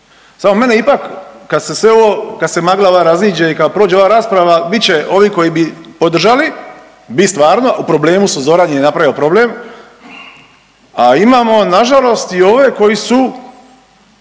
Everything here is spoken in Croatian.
Samo mene ipak kad se sve ovo, kad se magla ova raziđe i kad prođe ova rasprava bit će, ovi koji bi podržali, bi stvarno, u problemu su, Zoran je napravio problem. A imamo na žalost i ove koji su,